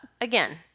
again